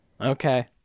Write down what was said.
Okay